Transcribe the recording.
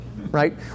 right